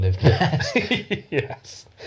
Yes